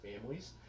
families